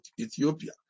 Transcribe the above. Ethiopia